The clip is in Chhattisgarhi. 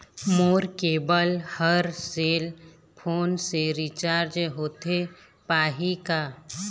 मोर केबल हर सेल फोन से रिचार्ज होथे पाही का?